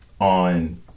on